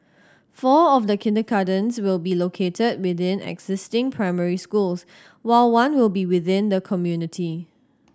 four of the kindergartens will be located within existing primary schools while one will be within the community